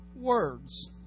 words